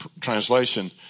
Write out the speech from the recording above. translation